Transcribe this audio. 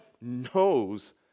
knows